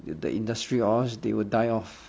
the industry or else they will die off